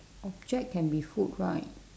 object can be food right